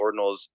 ordinals